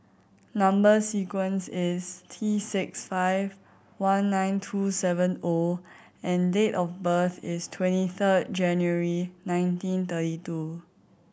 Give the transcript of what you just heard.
number sequence is T six five one nine two seven O and date of birth is twenty third January nineteen thirty two